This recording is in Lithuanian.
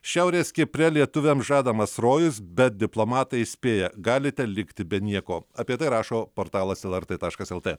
šiaurės kipre lietuviams žadamas rojus bet diplomatai įspėja galite likti be nieko apie tai rašo portalas lrt taškas lt